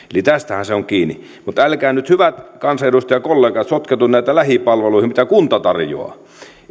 tästähän se on kiinni mutta älkää nyt hyvät kansanedustajakollegat sotkeko näitä lähipalveluihin mitä kunta tarjoaa